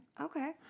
Okay